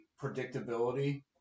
predictability